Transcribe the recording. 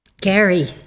Gary